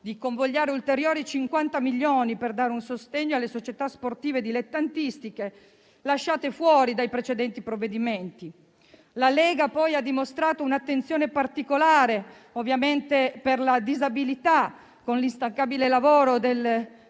di convogliare ulteriori 50 milioni di euro per dare un sostegno alle società sportive dilettantistiche, lasciate fuori dai precedenti provvedimenti. La Lega, poi, ha dimostrato un'attenzione particolare per la disabilità, con l'instancabile lavoro del